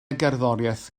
gerddoriaeth